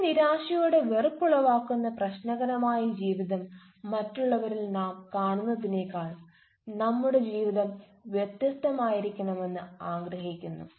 സ്വയം നിരാശയോടെ വെറുപ്പുളവാക്കുന്ന പ്രശ്നകരമായ ജീവിതം മറ്റുള്ളവരിൽ നാം കാണുന്നതിനേക്കാൾ നമ്മുടെ ജീവിതം വ്യത്യസ്തമായിരിക്കണമെന്ന് ആഗ്രഹിക്കുന്നു